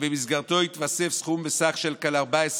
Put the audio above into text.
שבמסגרתו התווסף סכום של כ-14 מיליארד.